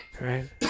right